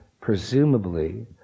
presumably